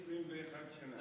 21 שנים.